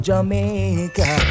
Jamaica